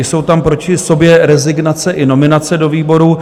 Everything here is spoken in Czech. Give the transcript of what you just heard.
Jsou tam proti sobě rezignace i nominace do výborů.